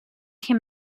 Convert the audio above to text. him